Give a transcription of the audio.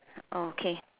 okay